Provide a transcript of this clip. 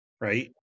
right